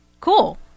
Cool